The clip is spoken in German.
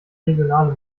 regionale